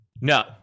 No